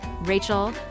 Rachel